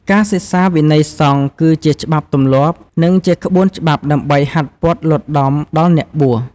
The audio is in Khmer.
ការសិក្សាវិន័យសង្ឃ គឺជាច្បាប់ទម្លាប់ និងជាក្បួនច្បាប់ដើម្បីហាត់ពត់លត់ដំដល់អ្នកបួស។